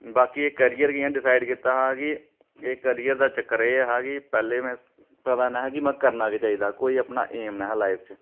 बाकी कैरियर कियां डिसाइड कीता हा कि एह् कैरियर दा चक्कर एह् हा कि पैह्लें में पता नेहा कि में करना केह् चाहि्दा कोई अपना ऐम नेहा लाइफ च